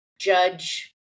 judge